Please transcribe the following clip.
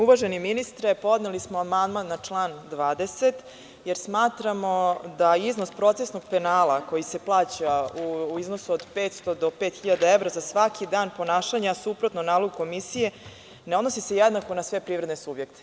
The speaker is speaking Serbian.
Uvaženi ministre, podneli smo amandman na član 20, jer smatramo da iznos procesnog penala koji se plaća u iznosu od 500 do 5.000 evra, za svaki dan ponašanja, suprotno nalogu komisije, ne odnosi se jednako na sve privredne subjekte.